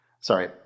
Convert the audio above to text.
Sorry